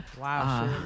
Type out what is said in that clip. Wow